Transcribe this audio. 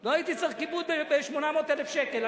לא הייתי צריך כיבוד ב-800,000 שקל.